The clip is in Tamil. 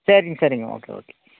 சரிங் சரிங்க ஓகே ஓகே